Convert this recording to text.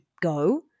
go